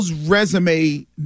resume